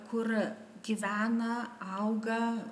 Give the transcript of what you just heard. kur gyvena auga